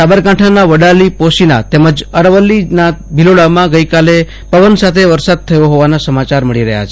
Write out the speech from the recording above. સાબરકાંઠાના વડાલી પોશીના તેમજ અરવલ્લીના ભીલોડામાં ગઈકાલે પવન સાથે વરસાદ પડ્યો હોવાના સમાચાર રહ્યા છે